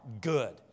good